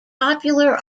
popular